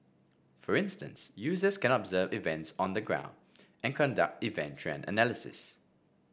for instance users can observe events on the ground and conduct event trend analysis